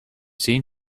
seem